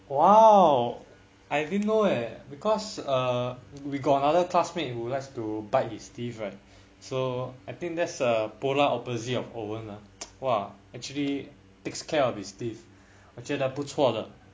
!wow! I didn't know eh because err we got another classmate who likes to bite his teeth right so I think there's a polar opposite of owen ah !wah! actually takes care of his teeth 我觉得不错的